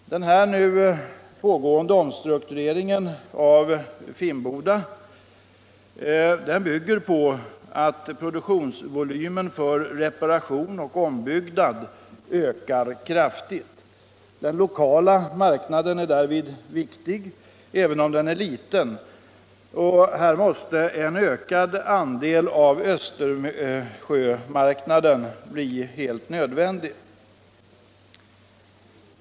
Den här pågående omstruktureringen av Finnboda bygger på att produktionsvolymen för reparation och ombyggnad ökar kraftigt. Den lokala marknaden är därvid viktig, även om den är liten. Här måste andelen av Östersjömarknaden ökas.